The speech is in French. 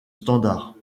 standard